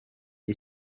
est